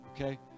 okay